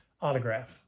autograph